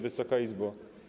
Wysoka Izbo!